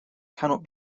cannot